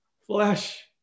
flesh